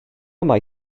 mae